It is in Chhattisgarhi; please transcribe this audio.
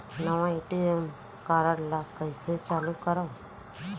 नवा ए.टी.एम कारड ल कइसे चालू करव?